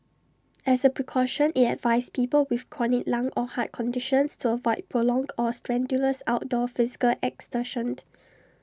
as A precaution IT advised people with chronic lung or heart conditions to avoid prolonged or strenuous outdoor physical exertion